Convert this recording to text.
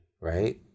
right